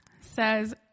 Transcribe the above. says